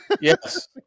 Yes